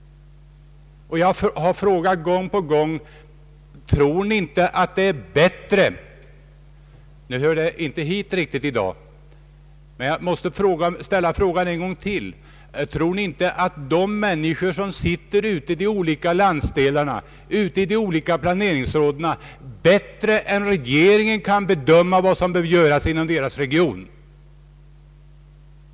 Jag har upprepade gånger frå gat: Tror ni inte — nu hör det inte riktigt hit i dag, men jag måste ställa frågan en gång till — att ledamöterna i de olika planeringsråden bättre än regeringen kan bedöma vad som behöver göras inom respektive region?